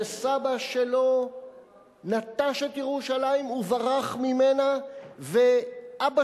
שסבא שלו נטש את ירושלים וברח ממנה ואבא